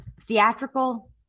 theatrical